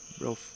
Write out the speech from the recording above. real